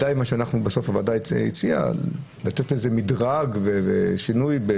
בסוף הוועדה הציעה לתת איזה מדרג ושינוי,